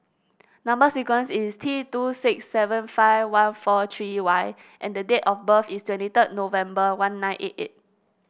number sequence is T two six seven five one four three Y and the date of birth is twenty third November one nine eight eight